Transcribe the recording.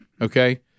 Okay